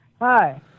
Hi